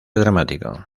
dramático